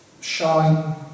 shine